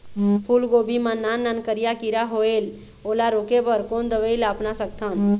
फूलगोभी मा नान नान करिया किरा होयेल ओला रोके बर कोन दवई ला अपना सकथन?